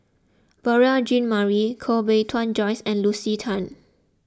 Beurel Jean Marie Koh Bee Tuan Joyce and Lucy Tan